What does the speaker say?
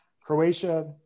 Croatia